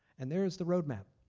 and there is the roadmap.